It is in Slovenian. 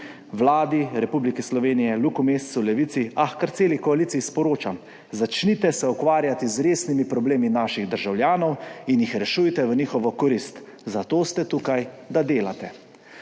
Vladi republike Slovenije, Luki Mescu, Levici, kar celi koaliciji sporočam, začnite se ukvarjati z resnimi problemi naših državljanov in jih rešujte v njihovo korist, zato ste tukaj, da delate.